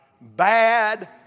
Bad